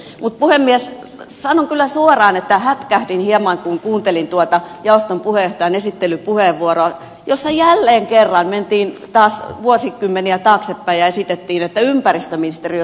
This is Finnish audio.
mutta puhemies sanon kyllä suoraan että hätkähdin hieman kun kuuntelin tuota jaoston puheenjohtajan esittelypuheenvuoroa jossa jälleen kerran mentiin taas vuosikymmeniä taaksepäin ja esitettiin että ympäristöministeriö tulee lakkauttaa